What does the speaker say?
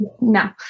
no